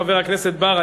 חבר הכנסת בר,